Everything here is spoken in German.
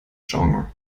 genre